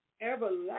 everlasting